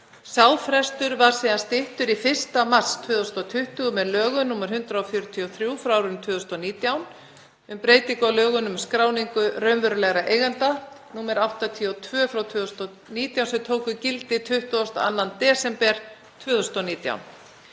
Sá frestur var síðan styttur í 1. mars 2020 með lögum nr. 143/2019, um breytingu á lögum um skráningu raunverulegra eigenda, nr. 82/2019, sem tóku gildi 22. desember 2019.